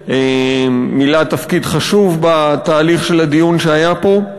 ומילא תפקיד חשוב בתהליך של הדיון שהיה פה.